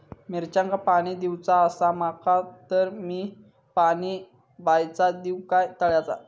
मिरचांका पाणी दिवचा आसा माका तर मी पाणी बायचा दिव काय तळ्याचा?